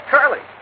Curly